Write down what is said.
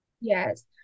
Yes